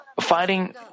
fighting